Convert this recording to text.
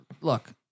look